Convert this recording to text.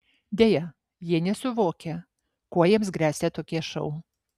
deja jie nesuvokia kuo jiems gresia tokie šou